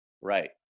Right